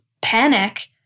panic